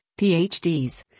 PhDs